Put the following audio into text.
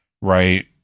right